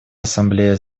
ассамблея